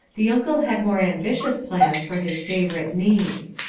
the uncle had more ambitious plans for his favourite niece.